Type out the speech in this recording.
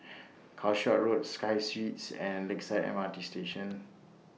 Calshot Road Sky Suites and Lakeside M R T Station